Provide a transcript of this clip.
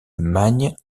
magne